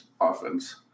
offense